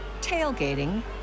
tailgating